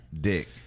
dick